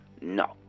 No